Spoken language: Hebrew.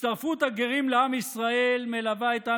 הצטרפות הגרים לעם ישראל מלווה את עם